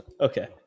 Okay